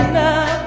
now